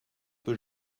peu